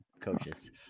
coaches